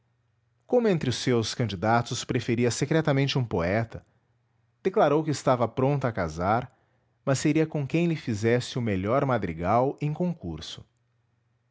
como entre os seus candidatos preferia secretamente um poeta declarou que estava pronta a casar mas seria com quem lhe fizesse o melhor madrigal em concurso